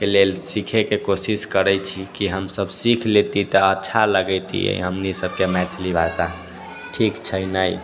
सबके लेल सिखैके कोशिश करै छी हमसब सीखि लैती तऽ अच्छा लगतियै हमनी सबके मैथिली भाषा ठीक छै नहि